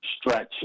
stretch